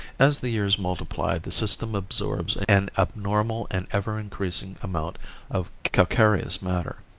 as the years multiply the system absorbs an abnormal and ever increasing amount of calcareous matter.